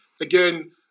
again